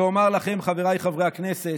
ואומר לכם, חבריי חברי הכנסת: